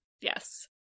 Yes